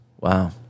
wow